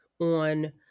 on